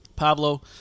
Pablo